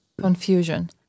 confusion